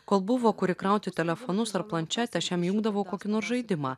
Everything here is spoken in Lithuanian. kol buvo kur įkrauti telefonus ar planšetę aš jam įjungdavau kokį nors žaidimą